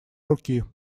руки